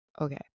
Okay